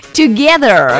together